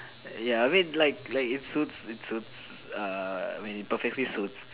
ya I mean like like it suits it suits err when it perfectly suits